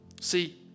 See